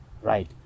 Right